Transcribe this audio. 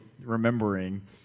remembering